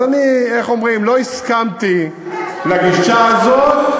אז אני, איך אומרים, לא הסכמתי לגישה הזו,